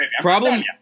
Problem